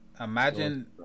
imagine